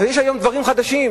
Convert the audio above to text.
ויש היום דברים חדשים,